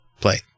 Play